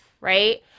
right